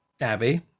Abby